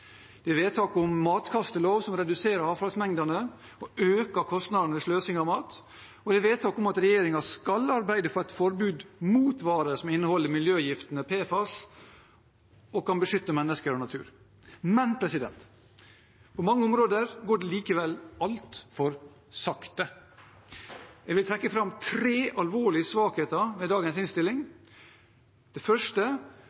Det er forslag til vedtak om en matkastelov som reduserer avfallsmengdene og øker kostnadene ved sløsing av mat, og det er forslag til vedtak om at regjeringen skal arbeide for et forbud mot varer som inneholder miljøgiftene PFAS, et forbud som kan beskytte mennesker og natur. Men på mange områder går det likevel altfor sakte. Jeg vil trekke fram tre alvorlige svakheter ved dagens